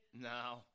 No